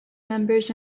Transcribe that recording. members